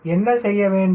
எனவே என்ன செய்ய வேண்டும்